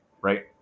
Right